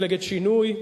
מפלגת שינוי,